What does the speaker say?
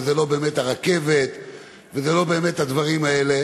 זה לא באמת הרכבת וזה לא באמת הדברים האלה.